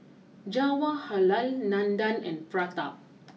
Jawaharlal Nandan and Pratap